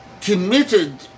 committed